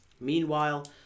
Meanwhile